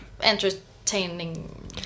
entertaining